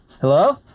Hello